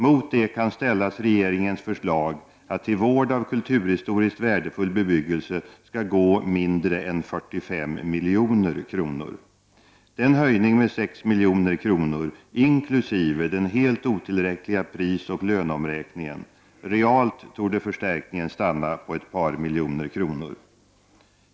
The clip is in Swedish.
Mot det kan ställas regeringens förslag att till vård av kulturhistoriskt värdefull bebyggelse skall gå mindre än 45 milj.kr. Det är en höjning med 6 milj.kr. inkl. den helt otillräckliga prisoch löneomräkningen. Realt torde förstärkningen stanna på ett par miljoner kronor.